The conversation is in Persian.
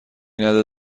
نده